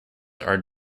are